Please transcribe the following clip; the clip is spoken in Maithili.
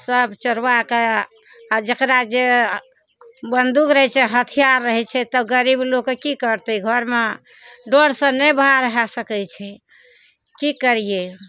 सब चोरबाके आओर जकरा जे बन्दूक रहय छै हथियार रहय छै तऽ गरीब लोकके की करतइ घरमे डरसँ नहि बाहर भए सकय छै की करियइ